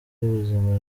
y’ubuzima